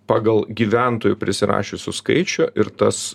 pagal gyventojų prisirašiusių skaičių ir tas